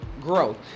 growth